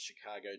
Chicago